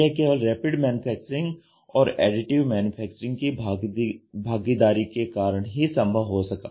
तो यह केवल रैपिड मैन्युफैक्चरिंग और एडिटिव मैन्युफैक्चरिंग की भागीदारी के कारण ही संभव हो सका